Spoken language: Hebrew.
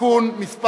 (תיקון מס'